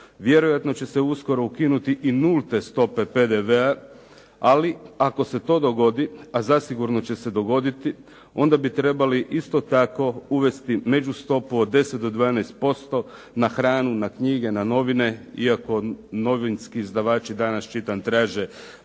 Vjerojatno će se uskoro ukinuti i nulte stope PDV-a, ali ako se to dogodi, a zasigurno će se dogoditi, onda bi trebali isto tako uvesti međustopu od 10 do 12% na hranu, na knjige, na novine iako novinski izdavači, danas čitam, traže